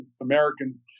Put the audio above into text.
American